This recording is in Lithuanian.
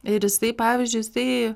ir jisai pavyzdžiui jisai